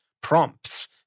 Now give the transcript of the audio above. prompts